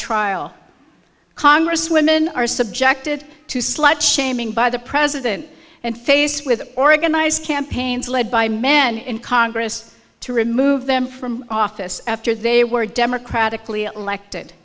trial congress women are subjected to slut shaming by the president and face with organized campaigns led by men in congress to remove them from office after they were democratically elected